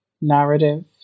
narrative